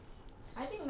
nice nice